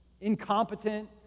incompetent